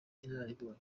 inararibonye